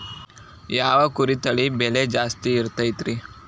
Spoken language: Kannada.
ಯಾವ ಕುರಿ ತಳಿ ಬೆಲೆ ಜಾಸ್ತಿ ಇರತೈತ್ರಿ?